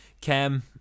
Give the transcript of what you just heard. Cam